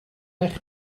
eich